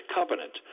Covenant